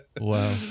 Wow